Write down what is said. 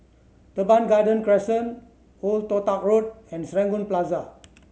Teban Garden Crescent Old Toh Tuck Road and Serangoon Plaza